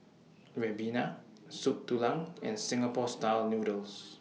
Ribena Soup Tulang and Singapore Style Noodles